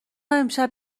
امشب